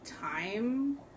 time